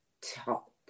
talk